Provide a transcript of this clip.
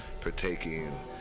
partaking